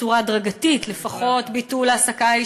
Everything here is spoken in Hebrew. בצורה הדרגתית, לפחות, ביטול העסקה,